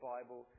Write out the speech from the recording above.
Bible